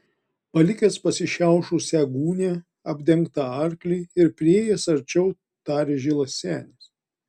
palikęs pasišiaušusią gūnią apdengtą arklį ir priėjęs arčiau tarė žilas senis